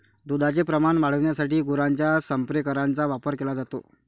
दुधाचे प्रमाण वाढविण्यासाठी गुरांच्या संप्रेरकांचा वापर केला जातो